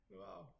wow